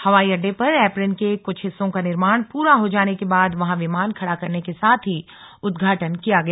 हवाई अड्डे पर एप्रेन के कुछ हिस्सों का निर्माण पूरा हो जाने के बाद वहां विमान खड़ा करने के साथ ही उद्घाटन किया गया